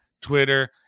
Twitter